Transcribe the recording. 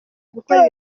gukora